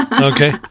Okay